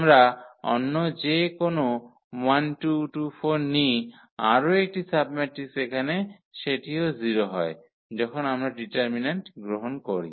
আমরা অন্য যে কোনও 1 2 2 4 নিই আরও একটি সাবম্যাট্রিক্স এখানে সেটিও 0 হয় যখন আমরা ডিটারমিন্যান্ট গ্রহণ করি